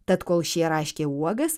tad kol šie raškė uogas